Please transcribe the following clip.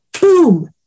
boom